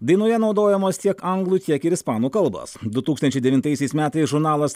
dainoje naudojamos tiek anglų tiek ir ispanų kalbos du tūkstančiai devintaisiais metais žurnalas